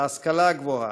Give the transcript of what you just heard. בהשכלה הגבוהה,